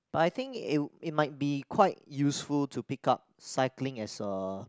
but I think it it might be quite useful to pick up cycling as a